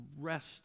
rest